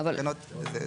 זה,